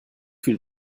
viel